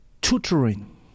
tutoring